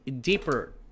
deeper